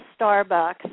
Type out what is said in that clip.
Starbucks